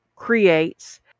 creates